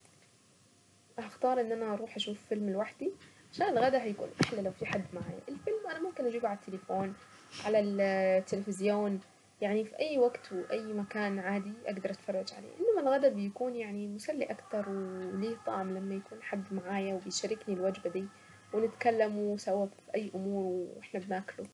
هختار ان انا اروح اشوف فيلم لوحدي عشان الغدا هيكون احلى لو في حد معي. الفيلم انا ممكن اجيبه على التليفون أو على التلفزيون. يعني في اي وقت واي مكان عادي اقدر اتفرج عليه. انما الغدا بيكون يعني أحلى اكتر وله طعم لما يكون حد معايا وبيشاركني الوجبة دي ونتكلم سوا في أي امور واحنا بناكله.